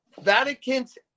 Vatican's